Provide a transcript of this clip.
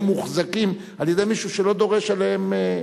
מוחזקים על-ידי מישהו שלא דורש אותם.